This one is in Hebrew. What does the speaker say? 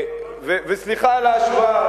וסליחה על ההשוואה,